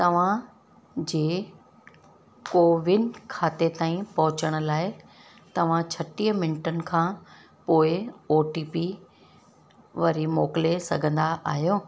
तव्हांजे कोविन खाते ताईं पहुचण लाइ तव्हां छटीह मिंटनि खां पोइ ओ टी पी वरी मोकिले सघंदा आहियो